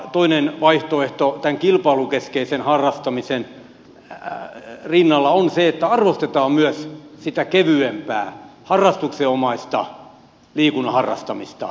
toinen vaihtoehto tämän kilpailukeskeisen harrastamisen rinnalla on se että arvostetaan myös sitä kevyempää harrastuksenomaista liikunnan harrastamista